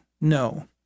no